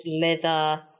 leather